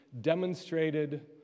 demonstrated